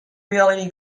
reality